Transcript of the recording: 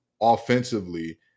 offensively